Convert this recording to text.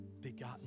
begotten